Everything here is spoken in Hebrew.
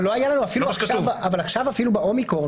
אבל עכשיו שים לב שעכשיו אפילו באומיקרון,